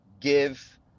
give